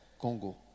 Congo